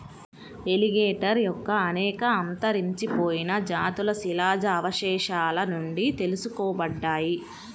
alligator యొక్క అనేక అంతరించిపోయిన జాతులు శిలాజ అవశేషాల నుండి తెలుసుకోబడ్డాయి